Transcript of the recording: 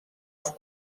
els